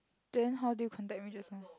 then how did you contact me just now